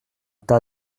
tas